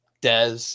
Des